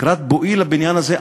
לקראת בואי לבניין הזה,